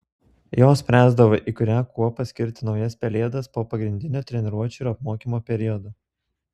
jos spręsdavo į kurią kuopą skirti naujas pelėdas po pagrindinio treniruočių ir apmokymų periodo